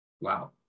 wow